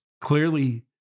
clearly